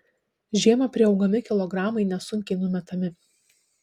žiemą priaugami kilogramai nesunkiai numetami